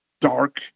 dark